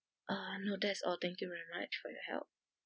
uh no that's all thank you very much for your help